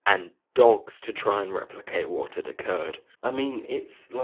and dogs to try and replicate what had occurred. i mean it's. like.